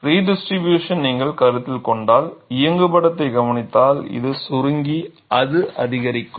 redistribution நீங்கள் கருத்தில் கொண்டால் இயங்குபடத்தை கவனித்தால் இது சுருங்கி அது அதிகரிக்கும்